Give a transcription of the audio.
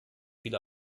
viele